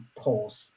pause